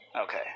Okay